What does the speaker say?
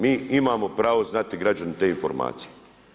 Mi imamo pravo znati građani te informacije.